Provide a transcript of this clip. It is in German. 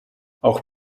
auch